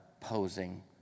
posing